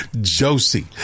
Josie